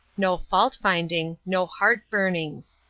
no fault-finding, no heart-burnings.